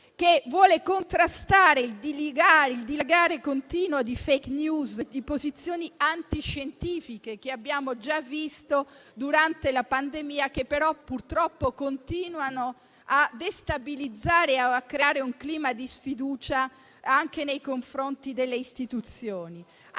che vuole contrastare il dilagare continuo di *fake news* e di posizioni antiscientifiche, che abbiamo già visto durante la pandemia e che però, purtroppo, continuano a destabilizzare e a creare un clima di sfiducia anche nei confronti delle istituzioni.